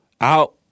out